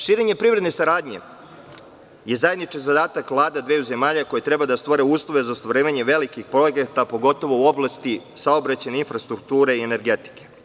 Širenje privredne saradnje je zajednički zadatak vlada dveju zemalja koje treba da stvore uslove za ostvarivanje velikih projekata, pogotovo u oblasti saobraćajne infrastrukture i energetike.